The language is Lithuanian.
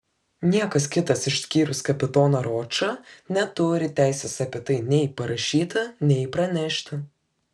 niekas kitas išskyrus kapitoną ročą neturi teisės apie tai nei parašyti nei pranešti